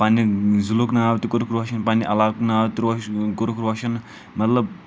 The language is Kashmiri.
پنٛنہِ ضِلعُک ناو تہِ کوٚرُکھ روشَن پنٛنہِ علاقُک ناو تہِ روشہِ کوٚرُکھ روشَن مطلب